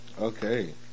Okay